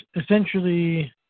essentially